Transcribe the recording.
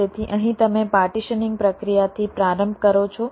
તેથી અહીં તમે પાર્ટીશનીંગ પ્રક્રિયાથી પ્રારંભ કરો છો